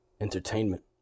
entertainment